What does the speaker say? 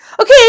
Okay